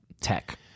tech